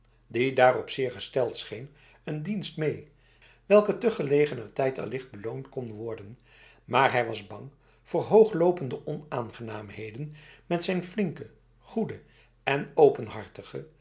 die daarop zeer gesteld scheen een dienst mee welke te gelegener tijd allicht beloond kon worden maar hij was bang voor hooglopende onaangenaamheden met zijn flinke goede en